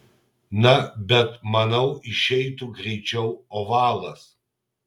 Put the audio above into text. na bet manau išeitų greičiau ovalas